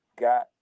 got